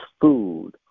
food